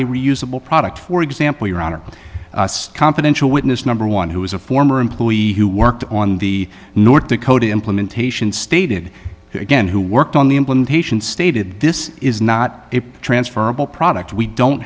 reusable product for example your honor a confidential witness number one who is a former employee who worked on the north dakota implementation stated again who worked on the implementation stated this is not a transferable product we don't